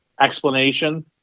explanation